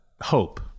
hope